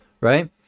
right